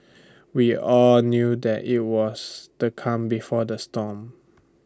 we all knew that IT was the calm before the storm